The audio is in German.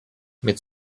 mit